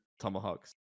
Tomahawks